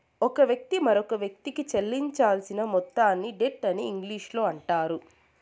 ఒక వ్యక్తి మరొకవ్యక్తికి చెల్లించాల్సిన మొత్తాన్ని డెట్ అని ఇంగ్లీషులో అంటారు